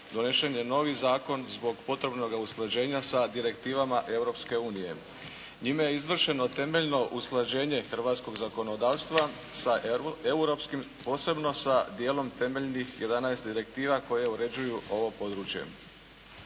donesen je novi zakon zbog potrebnoga usklađenja sa direktivama Europske unije. Njime je izvršeno temeljno usklađenje hrvatskog zakonodavstva sa europskom, posebno sa dijelom temeljnih 11 direktiva koje uređuju ovo područje.